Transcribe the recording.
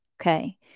okay